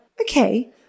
okay